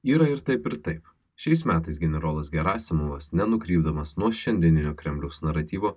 yra ir taip ir taip šiais metais generolas gerasimovas nenukrypdamas nuo šiandieninio kremliaus naratyvo